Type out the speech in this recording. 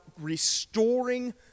restoring